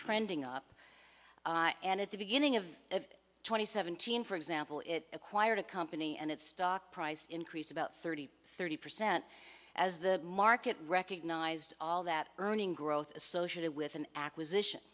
trending up and at the beginning of twenty seventeen for example it acquired a company and its stock price increase about thirty thirty percent as the market recognized all that earning growth associated with an acquisition